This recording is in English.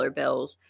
bills